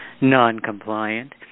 non-compliant